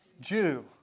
Jew